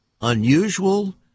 unusual